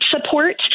support